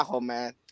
man